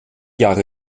jahre